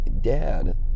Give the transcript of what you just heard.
dad